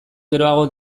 geroago